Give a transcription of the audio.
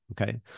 Okay